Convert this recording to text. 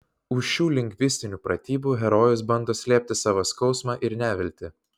už šių lingvistinių pratybų herojus bando slėpti savo skausmą ir neviltį